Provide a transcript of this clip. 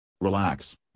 Relax